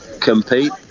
compete